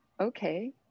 okay